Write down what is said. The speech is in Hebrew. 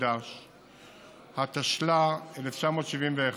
התשל"א 1971,